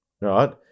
right